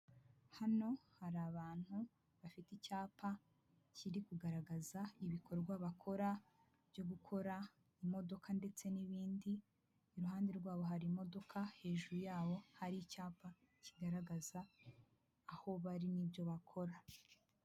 Hano hari abantu bafite icyapa kiri kugaragaza ibikorwa bakora byo gukora imodoka ndetse n'ibindi, iruhande rwabo hari imodoka hejuru yaho hari icyapa kigaragaza aho bari n'ibyo bakora.